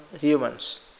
humans